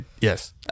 yes